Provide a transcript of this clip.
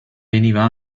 veniva